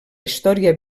història